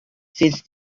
since